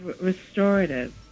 Restorative